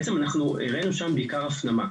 בעצם אנחנו הראינו שם בעיקר הפנמה.